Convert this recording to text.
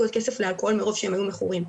עוד כסף לאלכוהול מרוב שהם היו מכורים.